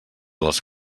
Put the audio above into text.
les